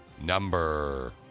Number